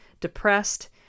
depressed